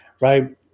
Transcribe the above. right